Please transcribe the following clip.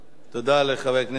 תודה לחבר הכנסת ברכה.